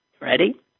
Ready